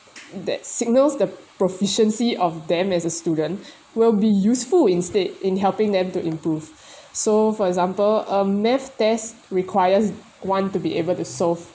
that signals the proficiency of them as a student will be useful instead in helping them to improve so for example a math test requires one to be able to solve